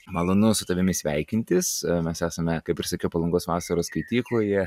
malonu su tavimi sveikintis mes esame kaip ir sakiau palangos vasaros skaitykloje